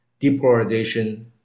depolarization